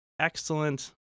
excellent